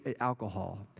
alcohol